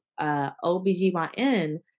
OBGYN